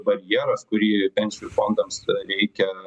barjeras kurį pensijų fondams reikia